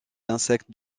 insectes